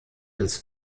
des